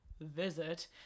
visit